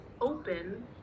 open